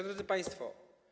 Drodzy Państwo!